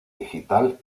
digital